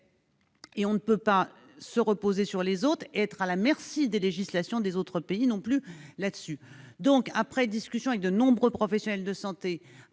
or on ne peut pas se reposer sur les autres ni être à la merci des législations de ces pays. Après discussion avec de nombreux professionnels de santé,